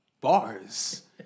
Bars